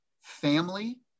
family